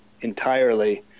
entirely